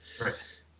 right